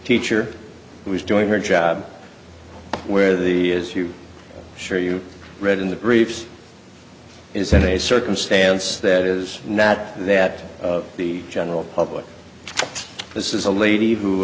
teacher who is doing her job where the as you sure you read in the briefs is in a circumstance that is not that the general public this is a lady who